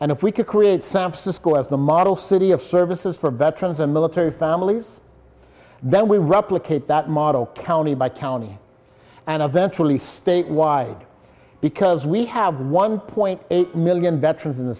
and if we could create some cisco as the model city of services for veterans and military families then we replicate that model county by county and eventually statewide because we have one point eight million veterans in the